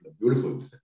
Beautiful